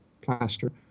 plaster